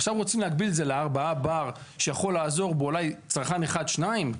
עכשיו רוצים להגביל את זה ל-4 בר שיכול לעזור אולי בצרכן אחד שניים?